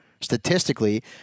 statistically